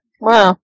wow